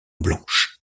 blanches